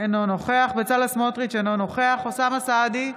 אינו נוכח בצלאל סמוטריץ' אינו נוכח אוסאמה סעדי,